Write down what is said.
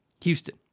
Houston